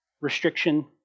restriction